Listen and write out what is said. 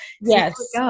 Yes